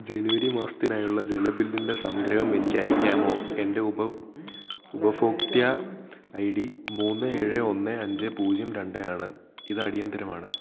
ജനുവരി മാസത്തിനായുള്ള ജല ബില്ലിൻ്റെ സംഗ്രഹം എനിക്കയക്കാമോ എൻ്റെ ഉപഭോക്ത്യ ഐ ഡി മൂന്ന് ഏഴ് ഒന്ന് അഞ്ച് പൂജ്യം രണ്ട് ആണ് ഇത് അടിയന്തരമാണ്